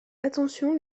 attention